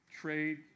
Trade